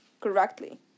correctly